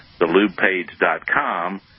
thelubepage.com